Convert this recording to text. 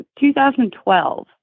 2012